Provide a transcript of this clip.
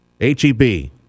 H-E-B